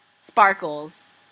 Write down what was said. sparkles